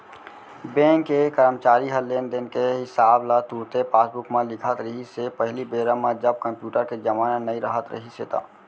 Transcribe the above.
bank के करमचारी ह लेन देन के हिसाब ल तुरते पासबूक म लिखत रिहिस हे पहिली बेरा म जब कम्प्यूटर के जमाना नइ राहत रिहिस हे ता